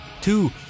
Two